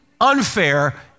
unfair